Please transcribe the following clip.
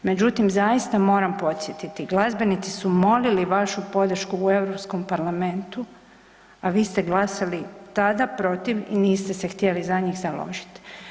Međutim, zaista moram posjetiti glazbenici su molili vašu podršku u Europskom parlamentu, a vi ste glasali tada protiv i niste se htjeli za njih založit.